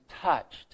touched